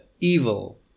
evil